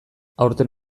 aurten